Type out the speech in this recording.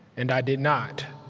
and i did not.